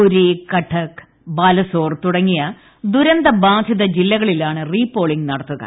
പുരി കട്ടക് ബാലാസോർ തുടങ്ങിയ ദുരന്തബാധിത ജില്ലകളിലാണ് റീപോളിംഗ് നടത്തുക